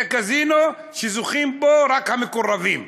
זה קזינו שזוכים בו רק המקורבים,